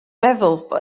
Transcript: meddwl